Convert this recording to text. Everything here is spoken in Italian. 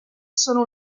sono